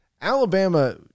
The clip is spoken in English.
Alabama –